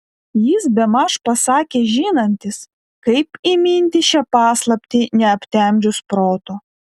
jis bemaž pasakė žinantis kaip įminti šią paslaptį neaptemdžius proto